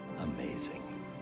amazing